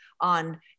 on